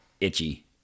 itchy